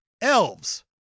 elves